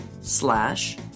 slash